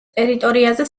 ტერიტორიაზე